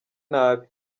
nabi